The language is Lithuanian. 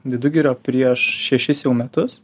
vidugirio prieš šešis jau metus